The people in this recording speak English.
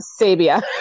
Sabia